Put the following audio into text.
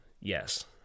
Yes